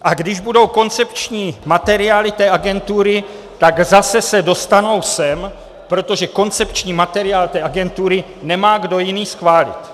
A když budou koncepční materiály té agentury, tak se zase dostanou sem, protože koncepční materiál té agentury nemá kdo jiný schválit.